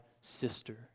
sister